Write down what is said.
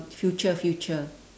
future future